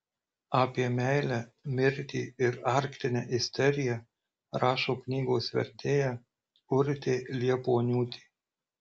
apie meilę mirtį ir arktinę isteriją rašo knygos vertėja urtė liepuoniūtė